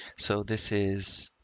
so this is